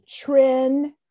trend